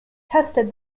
tested